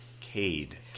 Cade